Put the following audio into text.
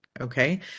Okay